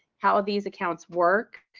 how ah these accounts work,